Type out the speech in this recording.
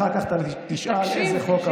אחר כך אתה תשאל איזה חוק עבר,